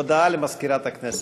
הודעה למזכירת הכנסת.